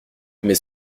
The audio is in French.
mais